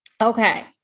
Okay